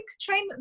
train